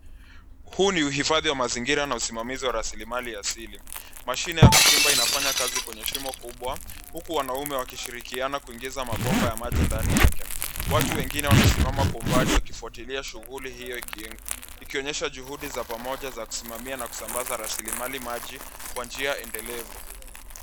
Huu ni uhifadhi wa mazingira na usimamizi wa rasilimali asili. Mashine ya kuchimba inafanya kazi kwenye shimo kubwa, huku wanaume wakishirikiana kuingiza mabomba ya maji ndani yake. Watu wengine wanasimama kwa umbali wakifuatilia shughuli hiyo ikionyesha juhudi za pamoja za kusimamia na kusambaza rasilimali maji kwa njia endelevu.